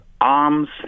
arms